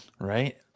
Right